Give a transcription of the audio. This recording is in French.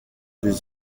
des